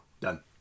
done